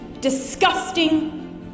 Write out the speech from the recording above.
disgusting